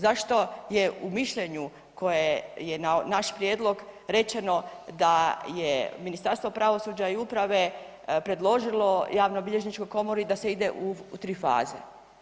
Zašto je u mišljenju koje je na naš prijedlog rečeno da je Ministarstvo pravosuđe i uprave, predložilo javnobilježničkoj komori da se ide u tri faze?